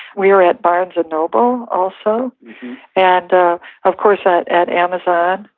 we're at barnes and noble also and of course, ah at at amazon.